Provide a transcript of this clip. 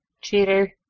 Cheater